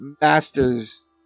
masters